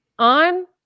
On